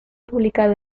publicado